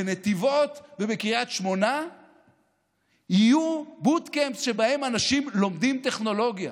בנתיבות ובקריית שמונה יהיו boot camps שבהם אנשים לומדים טכנולוגיה